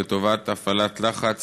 לטובת הפעלת לחץ